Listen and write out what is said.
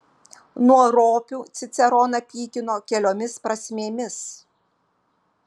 nuo ropių ciceroną pykino keliomis prasmėmis